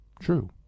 true